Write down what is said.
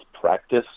practice